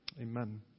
Amen